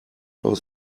aus